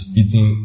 eating